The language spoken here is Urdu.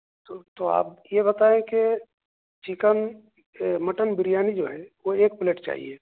تو تو آپ یہ بتائیں کہ چِکن آ مٹن بریانی جو ہے وہ ایک پلیٹ چاہیے